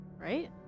right